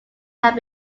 have